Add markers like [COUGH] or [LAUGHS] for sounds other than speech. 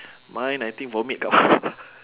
mine I think vomit come out [LAUGHS]